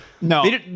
no